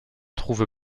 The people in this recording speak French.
trouve